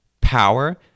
power